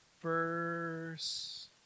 Verse